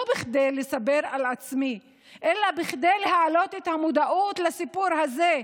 לא כדי לספר על עצמי אלא כדי להעלות את המודעות לסיפור הזה.